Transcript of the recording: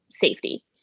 Safety